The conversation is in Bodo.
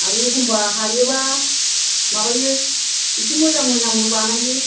आरो एखनबा हायोबा माबायो इसे मोजां मोजांबो बानायो